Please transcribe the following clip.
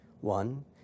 One